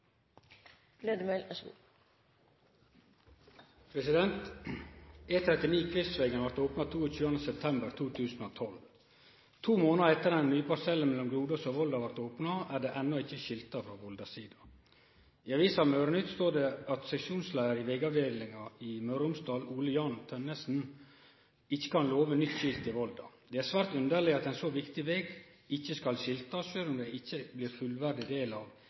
opna 22. september 2012. To månader etter at den nye parsellen mellom Grodås og Volda blei opna, er han ennå ikkje skilta frå Volda-sida. I avisa Møre-Nytt står det at seksjonsleiar i vegavdelinga i Møre og Romsdal, Ole Jan Tønnesen, ikkje kan love nytt skilt i Volda. Det er svært underleg at ein så viktig veg ikkje skal skiltast, sjølv om han ikkje blir fullverdig del av